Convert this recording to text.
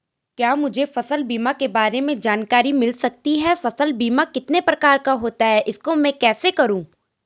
क्या मुझे फसल बीमा के बारे में जानकारी मिल सकती है फसल बीमा कितने प्रकार का होता है इसको मैं कैसे करूँ?